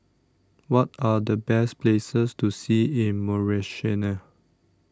What Are The Best Places to See in